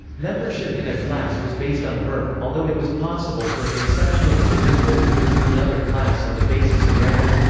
membership in a class was based on birth, although it was possible for an exceptional individual to move to another class on the basis of merit.